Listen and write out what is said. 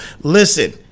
Listen